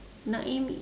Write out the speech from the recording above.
naim